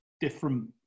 different